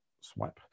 swipe